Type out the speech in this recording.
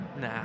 Nah